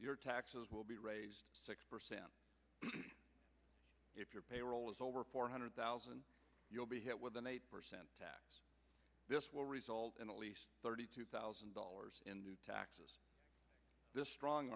your taxes will be raised six percent if your payroll is over four hundred thousand you'll be hit with an eight percent tax this will result in at least thirty two thousand dollars in new taxes this strong